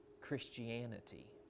Christianity